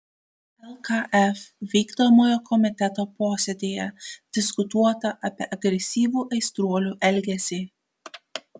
lkf vykdomojo komiteto posėdyje diskutuota apie agresyvų aistruolių elgesį